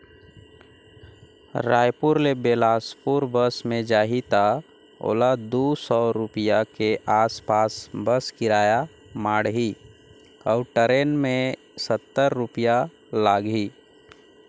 रायपुर ले बेलासपुर बस मे जाही त ओला दू सौ रूपिया के आस पास बस किराया माढ़ही अऊ टरेन मे सत्तर रूपिया लागही